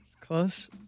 Close